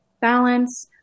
balance